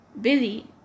Billy